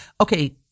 Okay